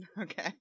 Okay